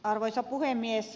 arvoisa puhemies